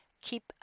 keep